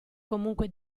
comunque